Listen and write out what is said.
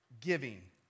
giving